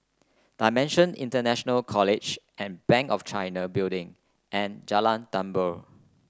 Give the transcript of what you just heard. Dimension International College and Bank of China Building and Jalan Tambur